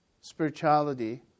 spirituality